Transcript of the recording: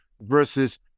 versus